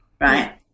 right